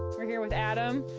we're here with adam,